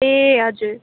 ए हजुर